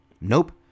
Nope